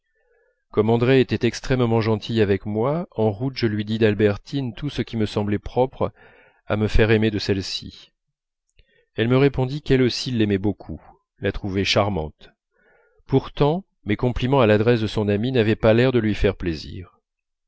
comme andrée était extrêmement gentille avec moi en route je lui dis d'albertine tout ce qui me semblait propre à me faire aimer de celle-ci elle me répondit qu'elle aussi l'aimait beaucoup la trouvait charmante pourtant mes compliments à l'adresse de son amie n'avaient pas l'air de lui faire plaisir